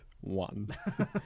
one